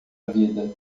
vida